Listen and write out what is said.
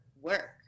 work